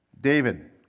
David